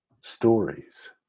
stories